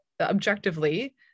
objectively